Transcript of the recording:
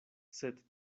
sed